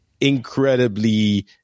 incredibly